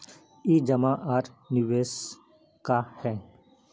ई जमा आर निवेश का है?